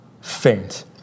faint